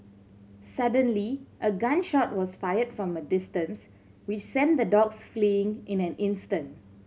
suddenly a gun shot was fired from a distance which sent the dogs fleeing in an instant